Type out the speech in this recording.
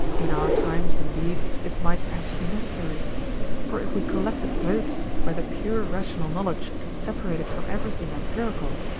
in our times indeed this might perhaps be necessary for if we collected votes whether pure rational knowledge separated from everything empirical,